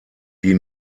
die